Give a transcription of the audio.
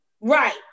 right